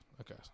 Okay